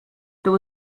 there